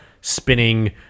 spinning